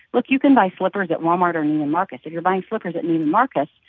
look, you can buy slippers at walmart or neiman marcus. if you're buying slippers at neiman marcus,